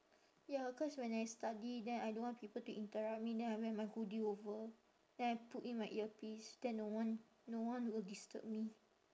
ya cause when I study then I don't want people to interrupt me then I wear my hoodie over then I put in my earpiece then no one no one will disturb me